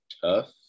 tough